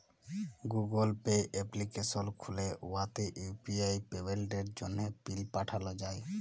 Google Pay application খ্যুলে উয়াতে UPI পেমেল্টের জ্যনহে পিল পাল্টাল যায়